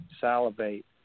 salivate